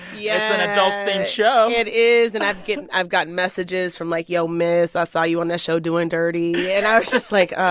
yes it's an adult-themed show it is. and i've gotten i've gotten messages from, like, yo, miss, i saw you on that show doing dirty and i was just, like,